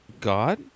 God